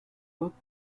worked